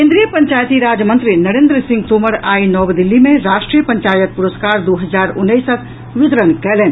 केन्द्रीय पंचायती राज मंत्री नरेन्द्र सिंह तोमर आई नव दिल्ली मे राष्ट्रीय पंचायत पुरस्कार दू हजार उन्नैसक वितरण कयलनि